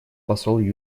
посол